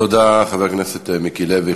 תודה, חבר הכנסת מיקי לוי.